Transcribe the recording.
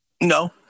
No